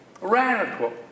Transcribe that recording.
Radical